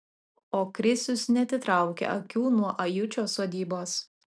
o krisius neatitraukia akių nuo ajučio sodybos